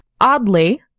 Oddly